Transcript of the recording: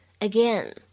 again